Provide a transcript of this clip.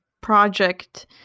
project